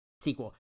sequel